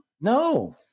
No